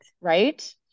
Right